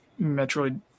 Metroid